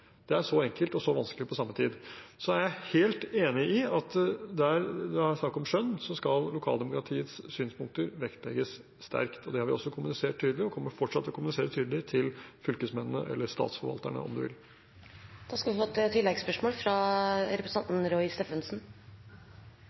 Det er så enkelt og så vanskelig på samme tid. Jeg er helt enig i at der det er snakk om skjønn, skal lokaldemokratiets synspunkter vektlegges sterkt. Det har vi også kommunisert tydelig og kommer fortsatt til å kommunisere tydelig til fylkesmennene – eller statsforvalterne, om du vil. Det åpnes for oppfølgingsspørsmål – først Roy Steffensen.